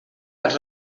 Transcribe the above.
dels